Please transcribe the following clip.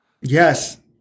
Yes